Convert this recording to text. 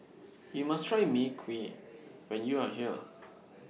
YOU must Try Mui Kee when YOU Are here